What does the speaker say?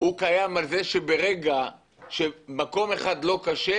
הוא קיים על זה שברגע שמקום אחד לא כשר